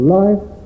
life